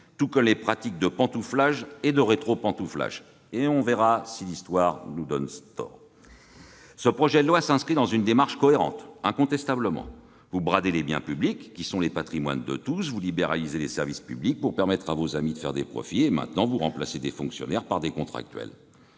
tout comme les pratiques de pantouflage et de rétropantouflage. On verra bien si l'histoire nous donne tort. Ce projet de loi s'inscrit incontestablement dans une démarche cohérente. Vous bradez les biens publics qui sont le patrimoine de tous. Vous libéralisez les services publics pour permettre à vos amis de faire des profits, et, maintenant, vous remplacez les fonctionnaires par des contractuels,